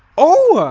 oh